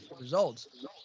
results